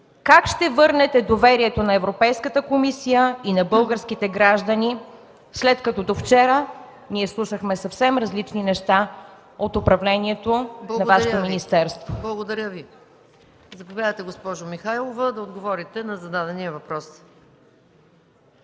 Как ще върнете доверието на Европейската комисия и на българските граждани, след като до вчера ние слушахме съвсем различни неща от управлението на Вашето министерство? ПРЕДСЕДАТЕЛ МАЯ МАНОЛОВА: Благодаря Ви. Заповядайте, госпожо Михайлова, да отговорите на зададения въпрос.